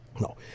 No